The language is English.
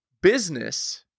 business